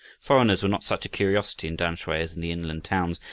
foreigners were not such a curiosity in tamsui as in the inland towns,